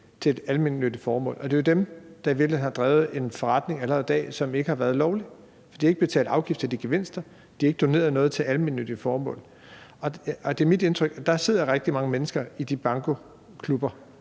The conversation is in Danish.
til et almennyttigt formål. Det er jo dem, der i virkeligheden allerede i dag har drevet en forretning, som ikke har været lovlig. De har ikke betalt afgift af gevinsterne, de har ikke doneret noget til almennyttige formål. Det er mit indtryk, at der sidder rigtig mange mennesker i de bankoklubber